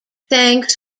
thanks